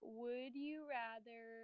would-you-rather